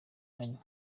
manywa